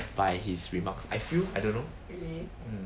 by his remarks I feel I don't know mm